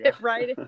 right